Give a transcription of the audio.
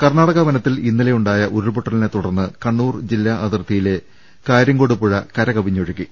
കർണാടക വനത്തിൽ ഇന്നലെ ഉണ്ടായ ഉരുൾപൊട്ടലിനെ തുടർന്ന് കണ്ണൂർ ജില്ലാ അതിർത്തിയിലെ കാര്യങ്കോട് പുഴ കരകവിഞ്ഞ് ഒഴുകി